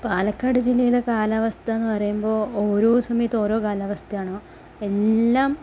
പാലക്കാട് ജില്ലയിലെ കാലാവസ്ഥയെന്ന് പറയുമ്പോൾ ഒരോ സമയത്ത് ഓരോ കാലാവസ്ഥയാണ് എല്ലാം